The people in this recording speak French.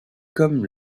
comme